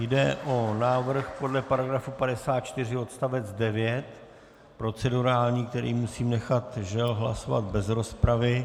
Jde o návrh podle § 54 odst. 9, procedurální, který musím nechat, žel, hlasovat bez rozpravy.